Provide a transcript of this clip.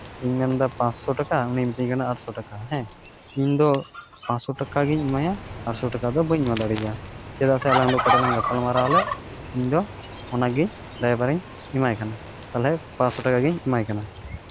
ᱤᱧ ᱢᱮᱱ ᱮᱫᱟ ᱯᱟᱥᱥᱳ ᱴᱟᱠᱟ ᱩᱱᱤ ᱢᱤᱛᱟᱹᱧ ᱠᱟᱱᱟ ᱟᱴᱥᱚ ᱴᱟᱠᱟ ᱦᱮᱸ ᱤᱧ ᱫᱚ ᱯᱟᱥᱥᱳ ᱴᱟᱠᱟ ᱜᱤᱧ ᱮᱢᱟᱭᱟ ᱟᱴᱥᱚ ᱴᱟᱠᱟ ᱫᱚ ᱵᱟᱹᱧ ᱮᱢᱟ ᱫᱟᱲᱮᱭᱟᱭᱟ ᱪᱮᱫᱟᱜ ᱥᱮ ᱟᱞᱟᱝ ᱫᱚ ᱚᱠᱟᱴᱟᱜ ᱞᱟᱝ ᱜᱟᱯᱟᱞᱢᱟᱨᱟᱣ ᱞᱮᱫ ᱤᱧᱫᱚ ᱚᱱᱟᱜᱮ ᱰᱟᱭᱵᱷᱟᱨ ᱤᱧ ᱮᱢᱟᱭ ᱠᱟᱱᱟ ᱛᱟᱦᱚ ᱞᱮ ᱯᱟᱥᱥᱳ ᱴᱟᱠᱟ ᱜᱤᱧ ᱮᱢᱟᱭ ᱠᱟᱱᱟ